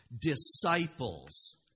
Disciples